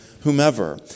whomever